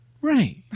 Right